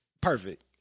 Perfect